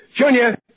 Junior